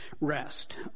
rest